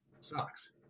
sucks